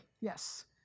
Yes